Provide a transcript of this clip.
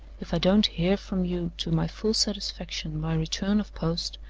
if i don't hear from you to my full satisfaction by return of post,